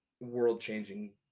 world-changing